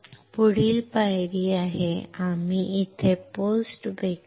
पुढील पायरी आहे आम्ही हे पोस्ट बेक करू